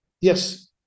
yes